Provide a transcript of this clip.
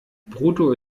brutto